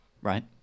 right